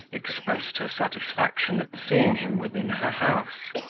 expressed her satisfaction at seeing him within her house.